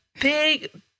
big